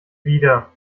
wieder